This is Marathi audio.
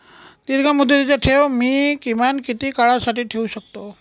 दीर्घमुदतीचे ठेव मी किमान किती काळासाठी ठेवू शकतो?